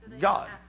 God